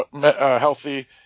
healthy